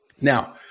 Now